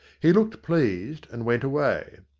he looked pleased and went away.